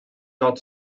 not